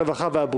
הצעת חוק-יסוד: